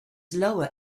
lower